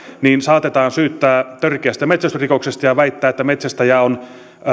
niin saatetaan syyttää törkeästä metsästysrikoksesta ja väittää että metsästäjä on